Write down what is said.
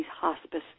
hospice